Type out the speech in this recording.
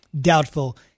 doubtful